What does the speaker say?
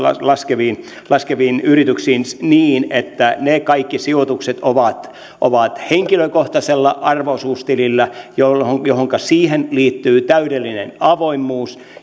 laskemiin laskemiin osakkeisiin niin että ne kaikki sijoitukset ovat ovat henkilökohtaisella arvo osuustilillä johonka johonka liittyy täydellinen avoimuus